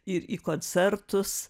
ir į koncertus